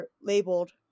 labeled